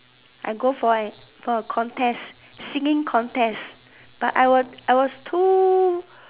I go for an for a contest singing contest but I was I was too